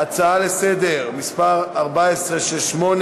אני קובע שהצעת חוק לתיקון פקודת העיריות (חובת פרסום טפסים מקוונים)